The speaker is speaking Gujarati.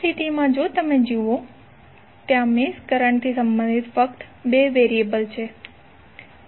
આ સ્થિતિમાં જો તમે જુઓ ત્યાં મેશ કરંટ થી સંબંધિત ફક્ત 2 વેરીએબલ છે